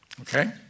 Okay